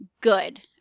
good